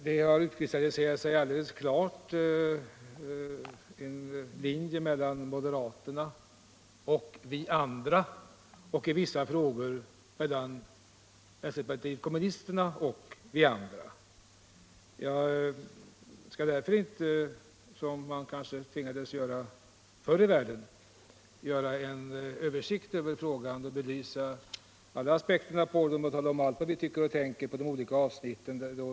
Det har alldeles klart utkristalliserats en linje mellan moderaterna och oss andra och i vissa frågor mellan vänsterpartiet kommunisterna och oss andra. Jag skall därför inte, som man kanske tvingades göra förr i världen, ge en översikt av frågan, belysa alla aspekter på den och tala om allt vad vi tycker och tänker på de olika avsnitten.